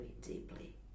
deeply